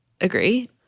agree